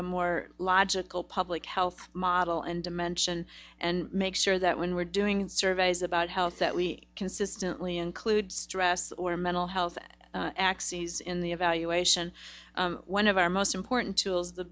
a more logical public health model and dimension and make sure that when we're doing surveys about health that we consistently include stress or mental health and axes in the evaluation one of our most important tools the